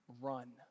Run